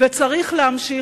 צריך להמשיך.